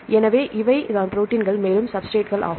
எனவே இவை தான் ப்ரோடீன்கள் மேலும் சப்ஸ்ஸ்ரேட்கள் ஆகும்